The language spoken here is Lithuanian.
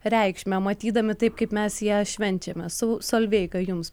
reikšmę matydami taip kaip mes ją švenčiame sau solveiga jums